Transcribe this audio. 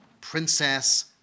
princess